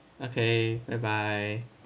okay bye bye